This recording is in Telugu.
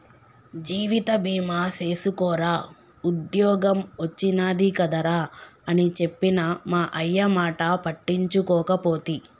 జీవిత బీమ సేసుకోరా ఉద్ద్యోగం ఒచ్చినాది కదరా అని చెప్పిన మా అయ్యమాట పట్టించుకోకపోతి